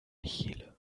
chile